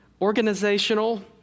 organizational